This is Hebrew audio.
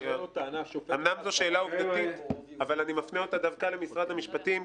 אבל אני מפנה אותה דווקא למשרד המשפטים,